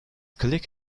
click